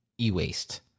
e-waste